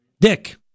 Dick